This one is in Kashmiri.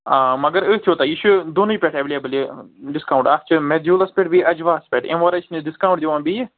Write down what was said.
مگر أتھۍ یوٚتن یہِ چھُ دۅنٕے پٮ۪ٹھ ایٚویلیبُل یہِ ڈِسکاوُنٛٹ اَکھ چھِ میجوٗلس پٮ۪ٹھ بیٚیہِ اجواہس پٮ۪ٹھ اَمہِ ورٲے چھِنہٕ أسۍ ڈِسکاوُنٹ دِوان بیٚیہِ